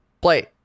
play